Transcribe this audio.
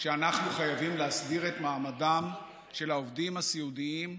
שאנחנו חייבים להסדיר את מעמדם של העובדים הסיעודיים,